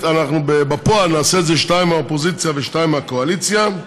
בפועל נעשה את שניים מהאופוזיציה ושניים מהקואליציה.